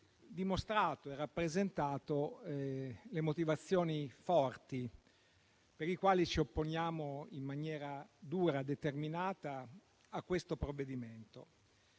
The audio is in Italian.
dimostrato e rappresentato le motivazioni forti per le quali ci opponiamo in maniera dura e determinata al provvedimento